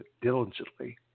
diligently